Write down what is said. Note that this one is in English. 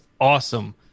awesome